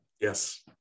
Yes